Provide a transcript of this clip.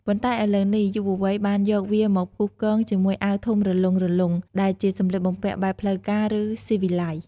ប៉ុន្តែឥឡូវនេះ យុវវ័យបានយកវាមកផ្គូផ្គងជាមួយអាវធំរលុងៗ ដែលជាសម្លៀកបំពាក់បែបផ្លូវការ ឬស៊ីវិល័យ។